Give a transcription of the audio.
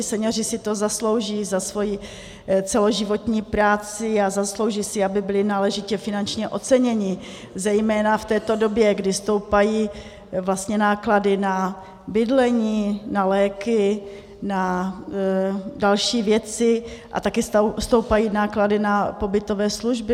Senioři si to zaslouží za svoji celoživotní práci a zaslouží si, aby byli náležitě finančně oceněni, zejména v této době, kdy stoupají náklady na bydlení, na léky, na další věci a taky stoupají náklady na pobytové služby.